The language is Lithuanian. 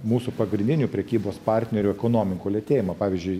mūsų pagrindinių prekybos partnerių ekonomikų lėtėjimą pavyzdžiui